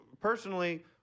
personally